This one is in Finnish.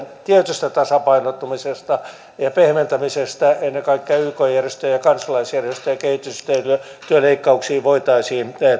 tietystä tasapainottumisesta ja ja pehmentämisestä ennen kaikkea yk järjestöjen ja kansalaisjärjestöjen kehitysyhteistyöleikkauksiin voitaisiin